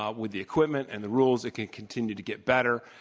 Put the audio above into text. ah with the equipment and the rules, it can continue to get better.